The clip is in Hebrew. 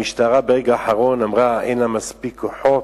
המשטרה ברגע האחרון אמרה שאין לה מספיק כוחות.